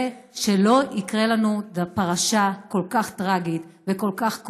ושלא תקרה לנו פרשה כל כך טרגית וכל כך כואבת.